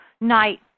night